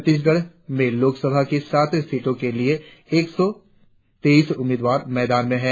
छत्तीसगढ़ में लोकसभा की सात सीटों के लिए एक सौ तेईस उम्मीदवार मैदान में हैं